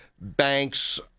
banks